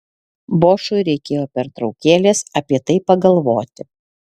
bošui reikėjo pertraukėlės apie tai pagalvoti